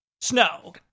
snow